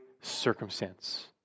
circumstance